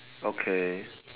okay